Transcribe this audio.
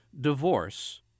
divorce